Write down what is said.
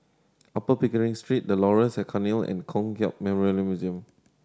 Upper Pickering Street The Laurels at Cairnhill and Kong Hiap Memorial Museum